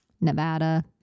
nevada